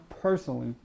personally